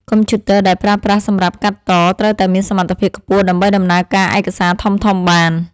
កុំព្យូទ័រដែលប្រើប្រាស់សម្រាប់កាត់តត្រូវតែមានសមត្ថភាពខ្ពស់ដើម្បីដំណើរការឯកសារធំៗបាន។